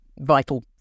vital